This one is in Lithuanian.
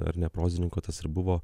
ar ne prozininko tas ir buvo